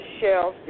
shelf